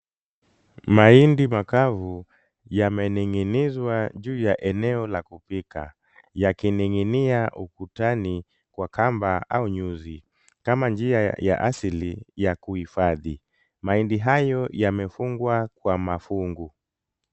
Mahindi makavu yamening'inizwa juu ya eneo la kupika yakining'inia ukutani kwa kamba au nyuzi kama njia ya asili ya kuhifadhi, mahindi hayo yamefungwa kwa mafungu.